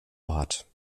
ort